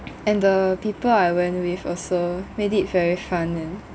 and the people I went with also made it very fun